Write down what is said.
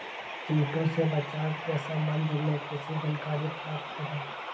किटो से बचाव के सम्वन्ध में किसी जानकारी प्राप्त करें?